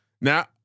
now